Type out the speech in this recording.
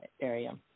area